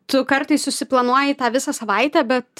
tu kartais susiplanuoji tą visą savaitę bet